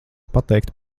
pateikt